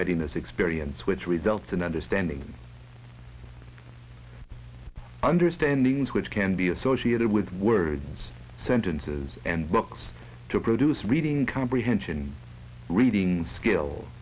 readiness experience which results in understanding understanding which can be associated with words sentences and books to produce reading comprehension reading skill